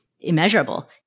immeasurable